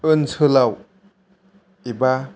ओनसोलाव एबा